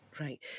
Right